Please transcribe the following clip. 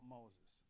Moses